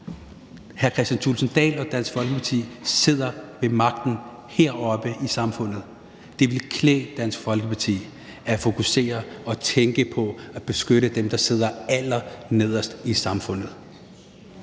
Hr. Kristian Thulesen Dahl og Dansk Folkeparti sidder ved magten heroppe i samfundet. Det ville klæde Dansk Folkeparti at fokusere og tænke på at beskytte dem, der sidder allernederst i samfundet.